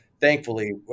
thankfully